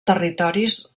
territoris